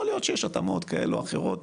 יכול להיות שיש התאמות כאלה או אחרות,